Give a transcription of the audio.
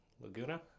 laguna